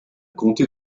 compter